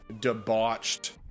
debauched